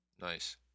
Nice